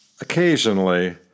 Occasionally